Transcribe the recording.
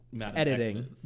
Editing